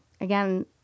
again